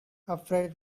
afraid